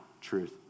truth